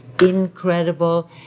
incredible